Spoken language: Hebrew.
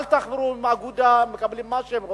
אל תחברו לאגודה, הם מקבלים מה שהם רוצים.